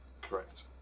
Correct